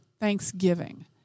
Thanksgiving